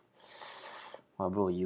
!wah! bro you